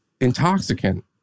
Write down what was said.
intoxicant